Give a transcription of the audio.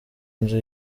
nzu